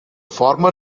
former